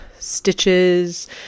Stitches